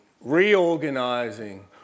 reorganizing